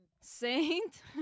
Saint